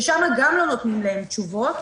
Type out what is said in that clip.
ששם גם לא נותנים להם תשובות.